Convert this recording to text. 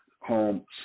home